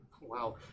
Wow